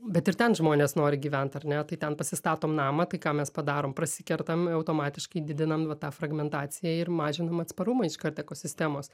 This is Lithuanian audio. bet ir ten žmonės nori gyvent ar ne tai ten pasistatom namą tai ką mes padarom prasikertam automatiškai didinam va tą fragmentaciją ir mažinam atsparumą iškart ekosistemos